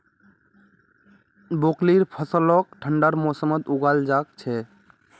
ब्रोकलीर फसलक ठंडार मौसमत उगाल जा छेक